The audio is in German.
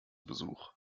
besuch